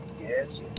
Yes